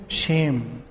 shame।